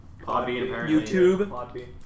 YouTube